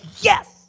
yes